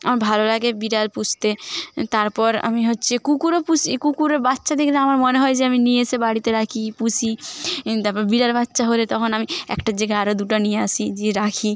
আমার ভালো লাগে বিড়াল পুষতে তারপর আমি হচ্ছে কুকুরও পুষি কুকুরের বাচ্ছা দেখলে আমার মনে হয় যে আমি নিয়ে এসে বাড়িতে রাখি পুষি তাপর বিড়াল বাচ্চা হলে তখন আমি একটার জায়গায় আরো দুটো নিয়ে আসি দিয়ে রাখি